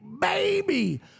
baby